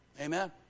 Amen